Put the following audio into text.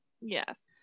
Yes